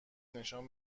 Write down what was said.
نشان